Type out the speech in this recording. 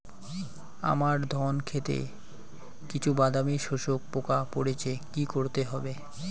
আমার ধন খেতে কিছু বাদামী শোষক পোকা পড়েছে কি করতে হবে?